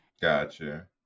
gotcha